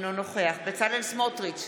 נגד בצלאל סמוטריץ'